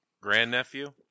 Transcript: grandnephew